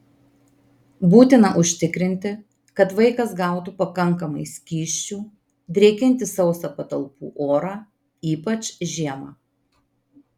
būtina užtikrinti kad vaikas gautų pakankamai skysčių drėkinti sausą patalpų orą ypač žiemą